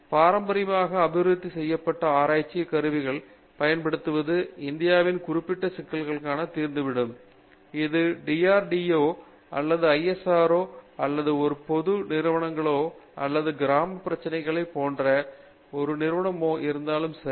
பாரம்பரியமாக அபிவிருத்தி செய்யப்பட்ட ஆராய்ச்சி கருவிகளைப் பயன்படுத்துவது இந்தியாவின் குறிப்பிட்ட சிக்கல்களால் தீர்ந்து விடும் அது DRDO அல்லது ISRO அல்லது ஒரு பொது நிறுவனங்களுக்கோ அல்லது கிராமப்புற பிரச்சினைகளோ போன்ற ஒரு நிறுவனமாக இருந்தாலும் சரி